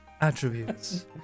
attributes